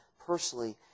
personally